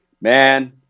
Man